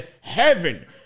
Heaven